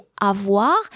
avoir